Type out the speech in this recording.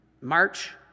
March